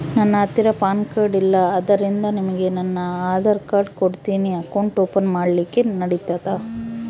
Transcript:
ನನ್ನ ಹತ್ತಿರ PAN card ಇಲ್ಲ ಆದ್ದರಿಂದ ನಿಮಗೆ ನನ್ನ ಆಧಾರ್ ಕಾರ್ಡ್ ಕೊಡ್ತೇನಿ ಅಕೌಂಟ್ ಓಪನ್ ಮಾಡ್ಲಿಕ್ಕೆ ನಡಿತದಾ?